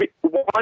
one